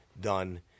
done